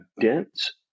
dense